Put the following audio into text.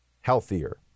healthier